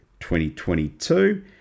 2022